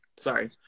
sorry